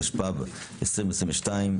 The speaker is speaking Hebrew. התשפ"ב 2022,